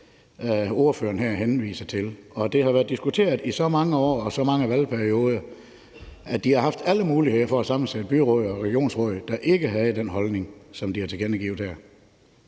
Det har været diskuteret i så mange år og igennem så mange valgperioder, at de har haft alle muligheder for at sammensætte byråd og regionsråd, der ikke havde den holdning, som de har tilkendegivet her.